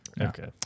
Okay